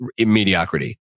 mediocrity